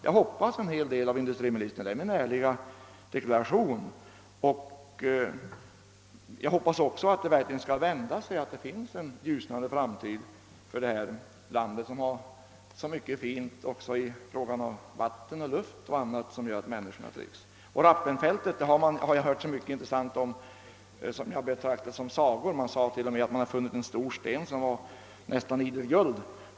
Jag hoppas en hel del förvaltningen på industriministern — det är min ärliga deklaration — och jag hoppas verkligen att det skall vända sig så att det blir en ljusnande framtid för vårt land uppe i norr, som har så mycket fint att bjuda på också när det gäller vatten, luft och annat som gör att människorna trivs. Jag har hört så mycket intressant om Rappenfältet, ja, man får väl t.o.m. betrakta det som sagor. Det sades t.o.m. att man funnit en stor sten där bestående av »nästan idel guld».